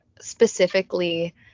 specifically